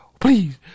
please